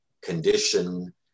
condition